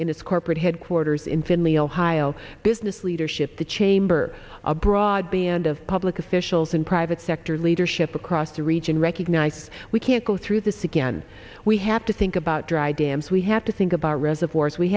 in its corporate headquarters in finley ohio business leadership the chamber a broad band of public officials and private sector leadership across the region recognize we can't go through this again we have to think about dry dams we have to think about reservoirs we